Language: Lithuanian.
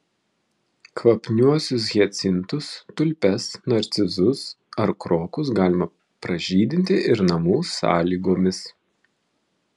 kvapniuosius hiacintus tulpės narcizus ar krokus galima pražydinti ir namų sąlygomis